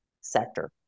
sector